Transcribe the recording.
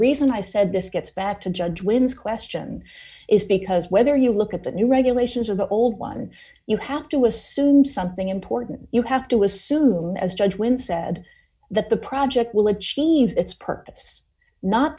reason i said this gets back to judge wins question is because whether you look at the new regulations or the old one you have to assume something important you have to assume as judge when said that the project will achieve its